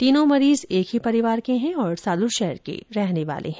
तीनों मरीज एक ही परिवार के हैं और सादुलशहर के रहने वाले हैं